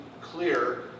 clear